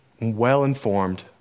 well-informed